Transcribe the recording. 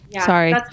sorry